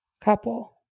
couple